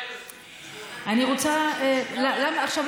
עכשיו,